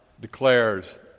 declares